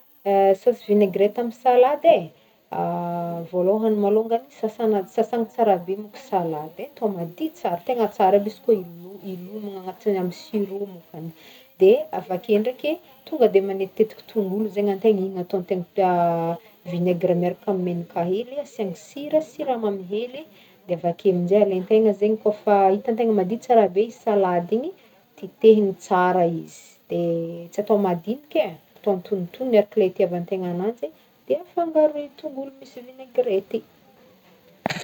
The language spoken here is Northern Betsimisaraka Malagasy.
Sauce vinaigrette amin'ny salady e vôlohagny malôngany sasana- sasana tsara be mo ko salady e atao madio tsara tegna tsara aby izy koa ilo- ilomagna agnatiny amin'ny sur'eau de avake ndraiky e tonga de manetitetiky tongolo izaigny antegna igny ataon-tegna vinaigra miaraka amin'ny menaka hely e, asiagna sira, siramamy hely e de avake aminjay alain'tegna zaigny kôfa itan-tegna madio tsara be i salady igny titehigny tsara izy de tsy atao madiniky e, atao antonontonony arak'ilay itiavan-tegna agnanjy e de afangaro i tongolo misy vinaigrety.